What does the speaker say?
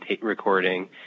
recording